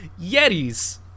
Yetis